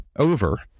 over